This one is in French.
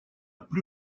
plus